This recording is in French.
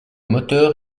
moteur